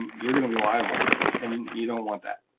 you're gonna be liable and you don't want that.